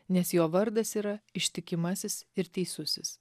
nes jo vardas yra ištikimasis ir teisusis